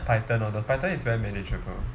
python all those python is very manageable